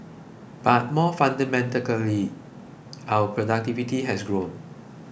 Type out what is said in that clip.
but more fundamentally our productivity has grown